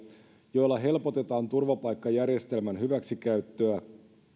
joilla helpotetaan turvapaikkajärjestelmän hyväksikäyttöä